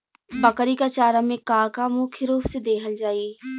बकरी क चारा में का का मुख्य रूप से देहल जाई?